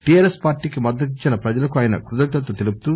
TRS పార్టీకి మద్దతిచ్చిన ప్రజలకు ఆయన కృతజ్ఞతలు తెలుపుతూ